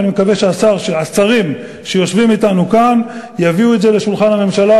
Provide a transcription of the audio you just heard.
ואני מקווה שהשרים שיושבים אתנו כאן יביאו את זה לשולחן הממשלה,